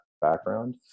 background